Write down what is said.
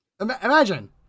Imagine